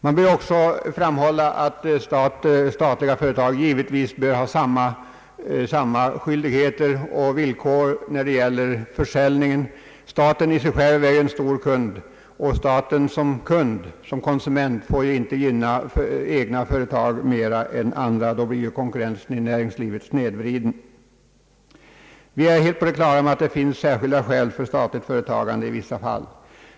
Man bör också framhålla att statliga företag givetvis bör ha samma skyldigheter och villkor som enskilda, när det gäller försäljning till staten. Staten är ju i sig själv en stor kund, och staten som konsument får inte gynna egna företag mer än andra. I så fall skulle konkurrensen inom «näringslivet bli snedvriden. Vi är helt på det klara med att det finns särskilda skäl för ett statligt företagande i vissa fall.